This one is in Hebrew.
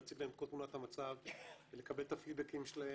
להציג להם את כל תמונת המצב ולקבל את הפידבקים שלהם.